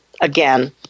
again